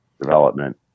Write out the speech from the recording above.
Development